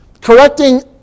correcting